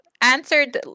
answered